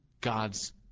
God's